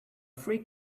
free